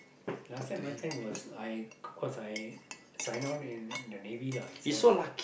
last time my time was I cause I sign on in the navy lah itself